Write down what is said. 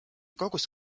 kogus